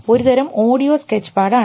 ഒരുതരം audio sketch പാടാണ്